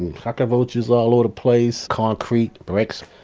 and cockroaches all over the place, concrete, bricks.